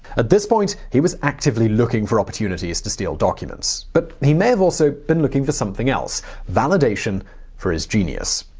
at this point, he was actively looking for opportunities to steal documents. but he may have also been looking for something else validation for his genius.